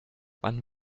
wann